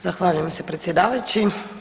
Zahvaljujem se predsjedavajući.